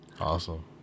awesome